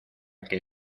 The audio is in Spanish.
que